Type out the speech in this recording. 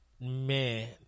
man